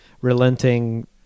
relenting